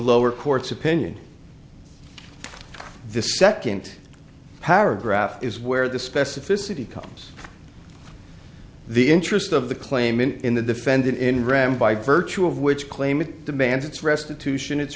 lower court's opinion the second paragraph is where the specificity comes the interest of the claimant in the defendant in ram by virtue of which claim it demands its restitution it